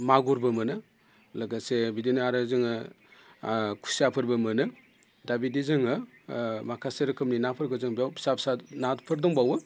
मागुरबो मोनो लोगोसे बिदिनो आरो जोङो खुसियाफोरबो मोनो दा बिदि जोङो माखासे रोखोमनि नाफोरखौ जोङो बेयाव फिसा फिसा नाफोर दंबावो